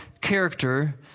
character